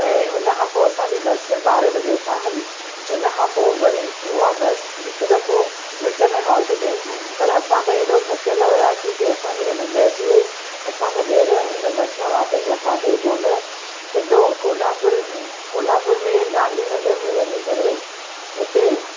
ऐं उन खां पोइ असांजी बस ॿारहं बजे उतां हली उन खां पोइ वरी उहा बस हिकु दफ़ो विच में हॉल्ट कयईं पर असां त एॾो थकियिलु हुआसि की असांखे त निंड अची वई असां त ॿेअर उन बस में वापस लधासि ई कोन सिधो कोल्हापुर में कोल्हापुर में गांधीनगर में वञी करे उते